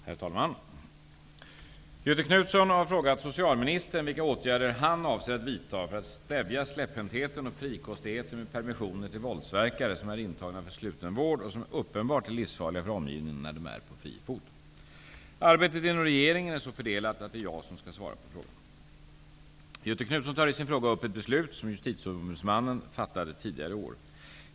Herr talman! Göthe Knutson har frågat socialministern vilka åtgärder han avser att vidta för att stävja släpphäntheten och frikostigheten med persmissioner till våldsverkare som är intagna för sluten vård och som uppenbart är livsfarliga för omgivningen när de är på fri fot. Arbetet inom regeringen är så fördelat att det är jag som skall svara på frågan. Göthe Knutson tar i sin fråga upp ett beslut som Justitieombudsmannen fattade tidigare i år.